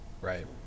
Right